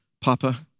Papa